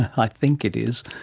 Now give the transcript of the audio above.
i think it is,